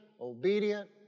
obedient